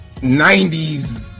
90s